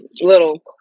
little